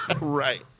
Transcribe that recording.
Right